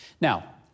Now